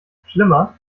schlimmer